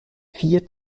vier